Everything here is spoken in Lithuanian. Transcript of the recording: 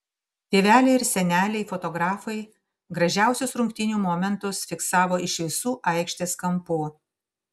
tėveliai ir seneliai fotografai gražiausius rungtynių momentus fiksavo iš visų aikštės kampų